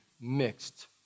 mixed